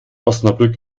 osnabrück